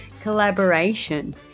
collaboration